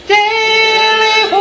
daily